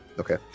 Okay